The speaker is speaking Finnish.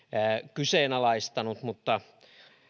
kyseenalaistanut mutta